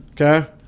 okay